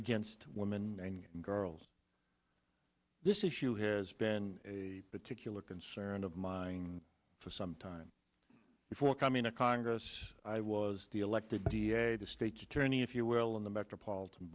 against women and girls this issue has been particular concern of mine for some time before coming to congress i was the elected d a the state's attorney if you will in the metropolitan